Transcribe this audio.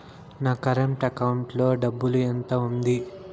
నా current account లో డబ్బులు ఎంత ఉంది?